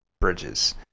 bridges